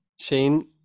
Shane